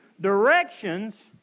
directions